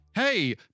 Hey